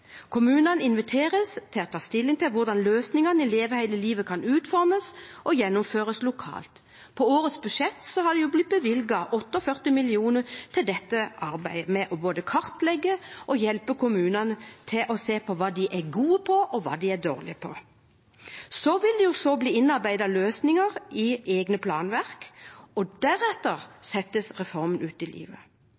Kommunene inviteres til å ta stilling til hvordan løsningene i Leve hele livet kan utformes og gjennomføres lokalt. I årets budsjett er det bevilget 48 mill. kr til dette arbeidet med både å kartlegge og hjelpe kommunene til å se på hva de er gode på, og hva de er dårlige på. Det vil så bli innarbeidet løsninger i egne planverk, og deretter